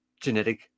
genetic